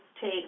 take